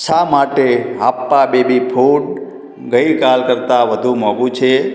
શા માટે હાપ્પા બેબી ફૂડ ગઈકાલ કરતાં વધુ મોંઘુ છે